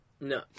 No